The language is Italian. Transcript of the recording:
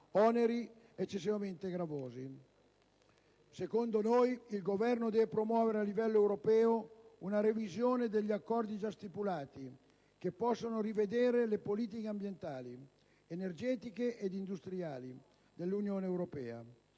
oneri eccessivamente gravosi. Secondo noi il Governo deve promuovere a livello europeo una revisione degli accordi già stipulati, così da rivedere le politiche ambientali, energetiche ed industriali dell'Unione europea.